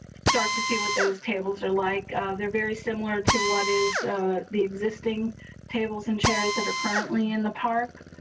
start to see what those tables are like they're very similar to what is the existing tables and chairs that are currently in the park.